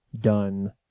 done